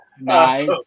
nice